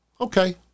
Okay